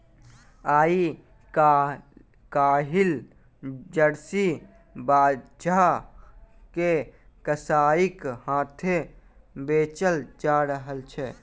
आइ काल्हि जर्सी बाछा के कसाइक हाथेँ बेचल जा रहल छै